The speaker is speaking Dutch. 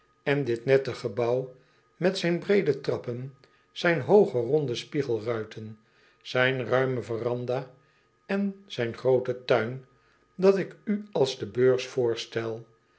en dit nette gebouw met zijn breede trappen zijn hooge ronde spiegelruiten zijn ruime veranda en zijn grooten tuin dat ik u als de beurs voorstel